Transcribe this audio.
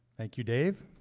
thank you, dave.